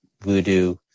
voodoo